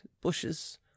bushes